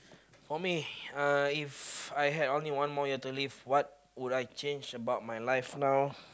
oh me uh If I had only one more year to live now what would I change about my life now